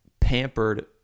pampered